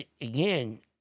again